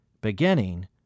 beginning